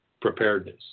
preparedness